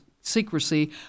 secrecy